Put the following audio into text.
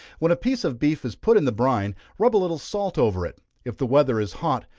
when a piece of beef is put in the brine, rub a little salt over it. if the weather is hot,